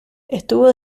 estuvo